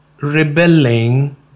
rebelling